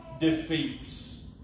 defeats